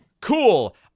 Cool